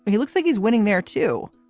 he looks like he's winning there, too,